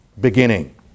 beginning